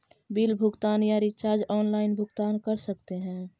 Bill भुगतान या recharge online भुगतान कर सकते हैं?